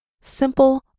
Simple